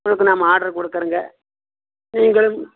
உங்களுக்கு நாம் ஆட்ரை கொடுக்குறங்க நீங்களும்